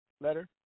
letter